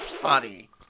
funny